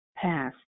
Past